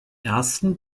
ersten